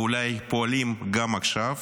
ואולי פועלים גם עכשיו,